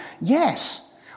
Yes